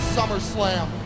SummerSlam